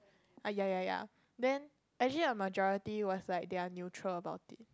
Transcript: ah ya ya ya actually the majority was like they are neutral about it